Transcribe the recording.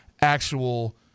actual